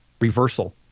reversal